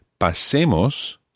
pasemos